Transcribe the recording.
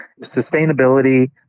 Sustainability